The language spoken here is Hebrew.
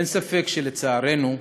אין ספק, לצערנו,